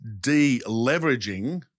deleveraging